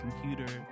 computer